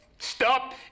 Stop